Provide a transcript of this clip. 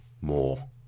more